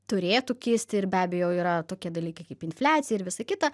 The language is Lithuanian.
turėtų kisti ir be abejo yra tokie dalykai kaip infliacija ir visa kita